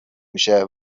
میشه